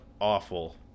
awful